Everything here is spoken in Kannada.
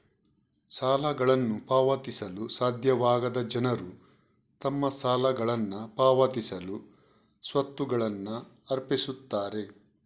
ಸಾಲಗಳನ್ನು ಪಾವತಿಸಲು ಸಾಧ್ಯವಾಗದ ಜನರು ತಮ್ಮ ಸಾಲಗಳನ್ನ ಪಾವತಿಸಲು ಸ್ವತ್ತುಗಳನ್ನ ಅರ್ಪಿಸುತ್ತಾರೆ